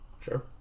Sure